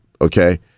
okay